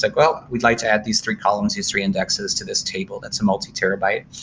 like well, we'd like to add these three columns history indexes to this table that's a multi-terabyte.